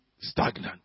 stagnant